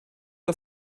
auf